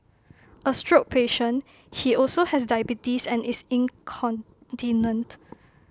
A stroke patient he also has diabetes and is incontinent